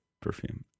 perfume